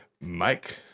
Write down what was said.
Mike